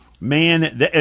Man